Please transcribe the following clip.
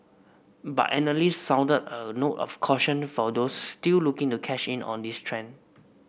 but analysts sounded a note of caution for those still looking a cash in on this trend